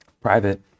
private